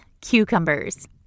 cucumbers